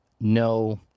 No